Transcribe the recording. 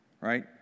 right